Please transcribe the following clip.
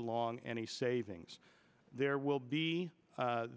along any savings there will be